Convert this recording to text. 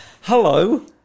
Hello